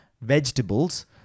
vegetables